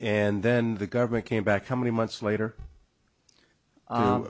and then the government came back how many months later